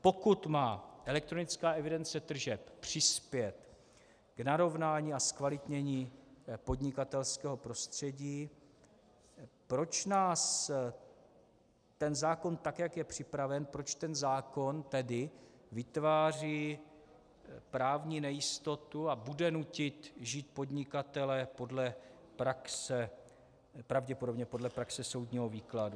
Pokud má elektronická evidence tržeb přispět k narovnání a zkvalitnění podnikatelského prostředí, proč nás ten zákon, tak jak je připraven, proč ten zákon tedy vytváří právní nejistotu a bude nutit žít podnikatele pravděpodobně podle praxe soudního výkladu?